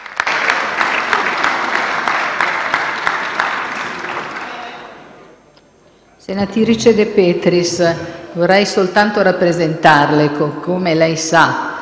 Senatrice De Petris, vorrei soltanto rappresentarle che,